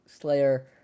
Slayer